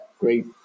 great